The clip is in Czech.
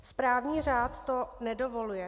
Správní řád to nedovoluje.